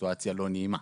מצב לא נעים.